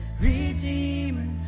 redeemer